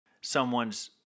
someone's